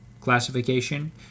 classification